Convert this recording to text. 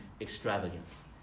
extravagance